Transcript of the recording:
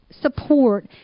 support